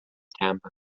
tampa